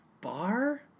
Bar